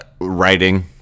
writing